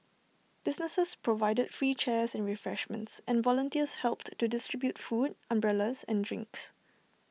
businesses provided free chairs and refreshments and volunteers helped to distribute food umbrellas and drinks